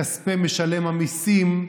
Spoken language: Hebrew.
מכספי משלם המיסים,